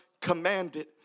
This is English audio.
commanded